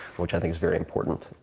which i think is very important.